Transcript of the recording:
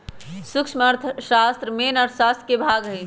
सूक्ष्म अर्थशास्त्र मेन अर्थशास्त्र के भाग हई